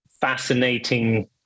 fascinating